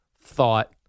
thought